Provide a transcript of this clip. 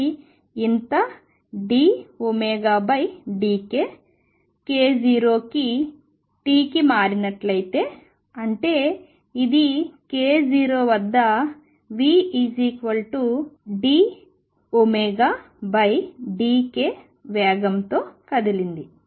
ఇది ఇంత dωdkk0 t కి మారినట్లయితే అంటే ఇది k0 వద్ద v dωdk వేగంతో కదిలింది